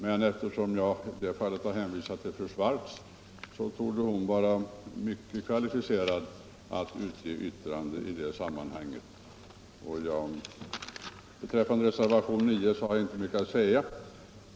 Men jag har i detta fall hänvisat till tiobarnsmamman fru Swartz, som torde vara mycket kvalificerad att avge yttrande i detta sammanhang. Beträffande reservationen 9 har jag inte mycket att säga.